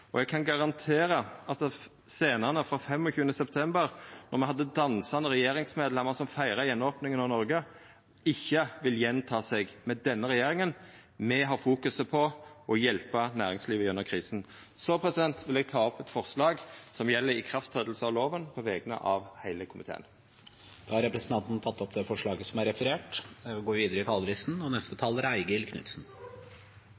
Eg kan garantera at scenane frå 25. september, då me hadde dansande regjeringsmedlemer som feira gjenopninga av Noreg, ikkje vil gjenta seg med denne regjeringa. Me har fokuset på å hjelpa næringslivet gjennom krisa. Så vil eg ta opp eit forslag som gjeld ikraftsetjing av loven, på vegner av heile komiteen. Da har representanten Geir Pollestad tatt opp det forslaget han refererte til. Jeg vil begynne med å takke finanskomiteen for rask behandling av både denne og den neste